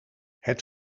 het